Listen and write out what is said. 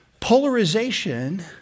polarization